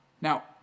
Now